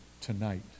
tonight